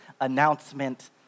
announcement